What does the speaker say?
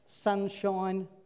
sunshine